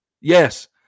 Yes